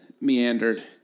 meandered